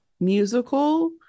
musical